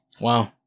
Wow